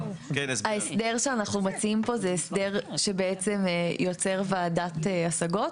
ההסדר שאנחנו מציעים פה זה הסדר שבעצם יוצר ועדת השגות.